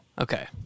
Okay